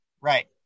right